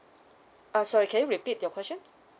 ah sorry can you repeat your question